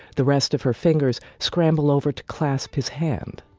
the rest of her fingers scramble over to clasp his hand,